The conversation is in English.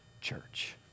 church